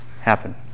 happen